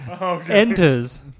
enters